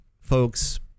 folks